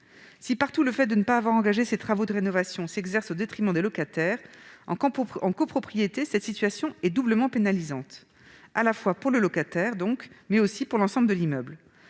coûteux. Le fait de ne pas avoir engagé ces travaux de rénovation s'exerce partout au détriment des locataires, mais, en copropriété, cette situation est doublement pénalisante, à la fois pour le locataire et pour l'ensemble de l'immeuble.